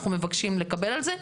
אנחנו מבקשים לקבל על זה.